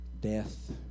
death